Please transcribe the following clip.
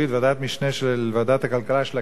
ועדת משנה של ועדת הכלכלה של הכנסת,